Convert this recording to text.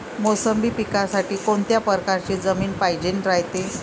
मोसंबी पिकासाठी कोनत्या परकारची जमीन पायजेन रायते?